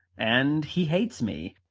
and he hates me.